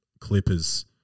Clippers